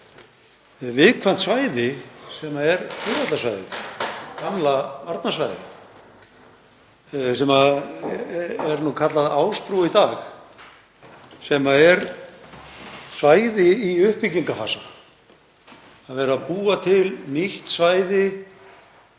viðkvæmt svæði sem er flugvallarsvæðið, gamla varnarsvæðið sem er kallað Ásbrú í dag, sem er svæði í uppbyggingarfasa. Verið er að búa til nýtt svæði